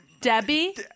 Debbie